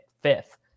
fifth